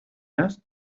nas